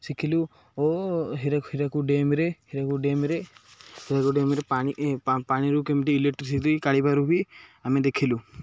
ଶିଖିଲୁ ଓ ହୀରା ହୀରାକୁଦ ଡ୍ୟାମ୍ରେ ହୀରାକୁଦ ଡ୍ୟାମ୍ରେ ହୀରାକୁଦ ଡ୍ୟାମ୍ରେ ପାଣି ପାଣିରୁ କେମିତି ଇଲେକ୍ଟ୍ରିସିଟି କାଢିବାରୁ ବି ଆମେ ଦେଖିଲୁ